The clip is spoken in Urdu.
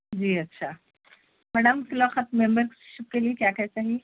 جی اچھا میڈم فی الوقت ممبر شپ کے لئے کیا کیا چاہیے